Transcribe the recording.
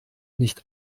nicht